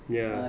ya